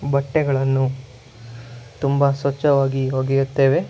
ಬಟ್ಟೆಗಳನ್ನು ತುಂಬ ಸ್ವಚ್ಚವಾಗಿ ಒಗೆಯುತ್ತೇವೆ